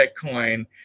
Bitcoin